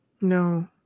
No